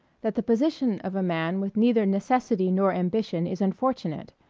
that the position of a man with neither necessity nor ambition is unfortunate.